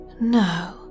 No